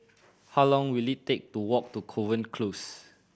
how long will it take to walk to Kovan Close